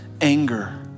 anger